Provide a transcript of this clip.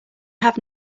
have